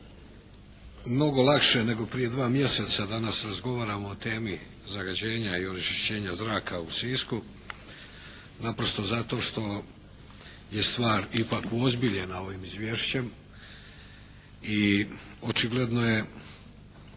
mnogo lakše nego prije dva mjeseca danas razgovaramo o temi zagađenja i onečišćenja zraka u Sisku. Naprosto zato što je stvar ipak uozbiljena ovim izvješćem i očigledno je